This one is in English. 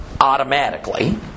automatically